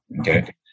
okay